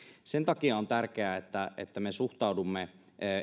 sen takia on tärkeää että että me suhtaudumme